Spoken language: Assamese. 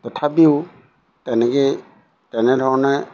তথাপিও তেনেকেই তেনেধৰণে